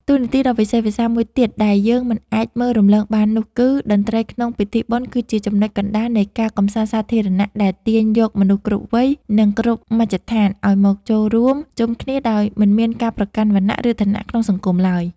តួនាទីដ៏វិសេសវិសាលមួយទៀតដែលយើងមិនអាចមើលរំលងបាននោះគឺ តន្ត្រីក្នុងពិធីបុណ្យគឺជាចំណុចកណ្តាលនៃការកម្សាន្តសាធារណៈដែលទាញយកមនុស្សគ្រប់វ័យ និងគ្រប់មជ្ឈដ្ឋានឱ្យមកចូលរួមជុំគ្នាដោយមិនមានការប្រកាន់វណ្ណៈ ឬឋានៈក្នុងសង្គមឡើយ។